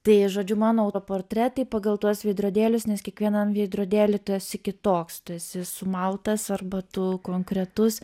tai žodžiu mano autoportretai pagal tuos veidrodėlius nes kiekvienam veidrodėly tu esi kitoks tu esi sumaltas arba tu konkretus